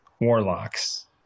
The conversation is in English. warlocks